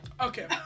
Okay